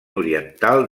oriental